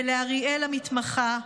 לאריאל המתמחה,